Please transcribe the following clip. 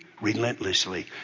relentlessly